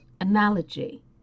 analogy